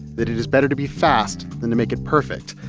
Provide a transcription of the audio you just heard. that it is better to be fast than to make it perfect,